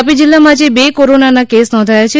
તાપી જીલ્લામાં આજે બે કોરોનાના કેસ નોંધયા છે